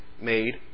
made